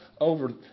over